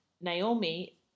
Naomi